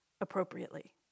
appropriately